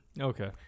okay